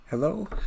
Hello